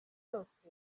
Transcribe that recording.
byose